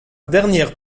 dernière